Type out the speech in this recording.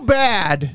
bad